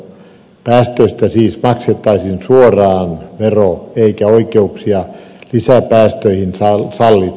päästöstä siis maksettaisiin suoraan vero eikä oikeuksia lisäpäästöihin sallittaisi